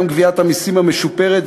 גם גביית המסים המשופרת,